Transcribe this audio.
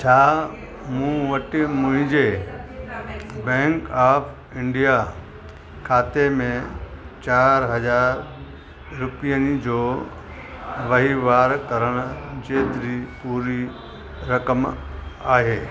छा मूं वटि मुंहिंजे बैंक ऑफ इंडिया खाते में चारि हज़ार रुपियनि जो वहिंवारु करणु जेतिरी पूरी रक़म आहे